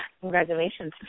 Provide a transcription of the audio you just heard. congratulations